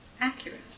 accurate